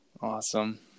Awesome